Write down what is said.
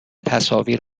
تصاویر